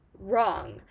wrong